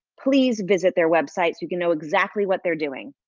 please visit their website so you can know exactly what they're doing.